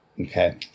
Okay